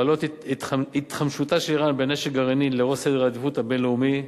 להעלות את התחמשותה של אירן בנשק גרעיני לראש סדר העדיפות הבין-לאומי,